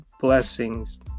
blessings